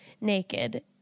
naked